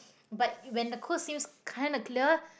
but when the cause you kind a clear